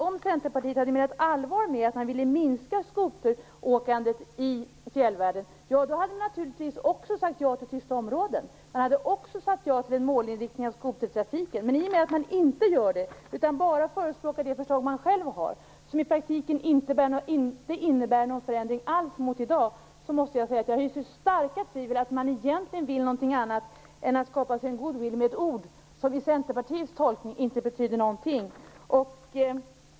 Om Centerpartiet hade menat allvar med att man vill minska skoteråkandet i fjällvärlden, så hade man naturligtvis också sagt ja till tysta områden och till en målinriktning av skotertrafiken. I och med att man inte gör det, utan bara förespråkar det förslag man själv har, som i praktiken inte innebär någon förändring alls jämfört med i dag, måste jag säga att jag hyser starka tvivel om huruvida man egentligen vill något annat än att skapa goodwill med hjälp av ord som i Centerpartiets tolkning inte betyder någonting.